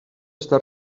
està